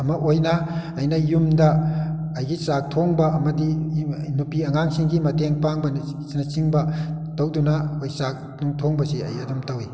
ꯑꯃ ꯑꯣꯏꯅ ꯑꯩꯅ ꯌꯨꯝꯗ ꯑꯩꯒꯤ ꯆꯥꯛ ꯊꯣꯡꯕ ꯑꯃꯗꯤ ꯅꯨꯄꯤ ꯑꯉꯥꯡꯁꯤꯡꯒꯤ ꯃꯇꯦꯡ ꯄꯥꯡꯕꯅ ꯑꯁꯤꯅ ꯆꯤꯡꯕ ꯇꯧꯗꯨꯅ ꯑꯩꯈꯣꯏ ꯆꯥꯛ ꯅꯨꯡ ꯊꯣꯡꯕꯁꯤ ꯑꯩ ꯑꯗꯨꯝ ꯇꯧꯏ